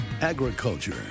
Agriculture